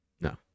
No